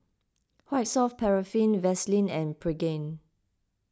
White Soft Paraffin Vaselin and Pregain